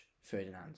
Ferdinand